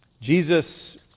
Jesus